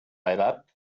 edat